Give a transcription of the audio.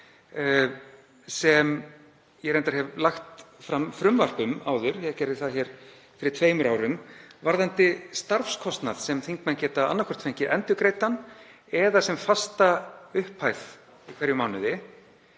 sem ég hef reyndar lagt fram frumvarp um áður, ég gerði það fyrir tveimur árum, varðandi starfskostnað sem þingmenn geta annaðhvort fengið endurgreiddan eða sem fasta upphæð í hverjum mánuði.